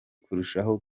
kurushaho